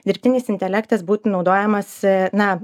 dirbtinis intelektas būtų naudojamas na